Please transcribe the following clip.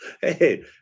Hey